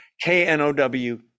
K-N-O-W